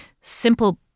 simple